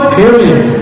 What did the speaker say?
period